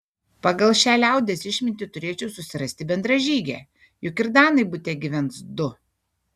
pagal šią liaudies išmintį turėčiau susirasti bendražygę juk ir danai bute gyvens du